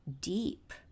deep